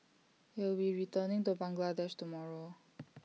he will be returning to Bangladesh tomorrow